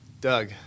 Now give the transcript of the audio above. Doug